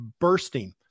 bursting